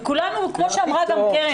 וכמו שאמרה גם קרן,